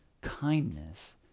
kindness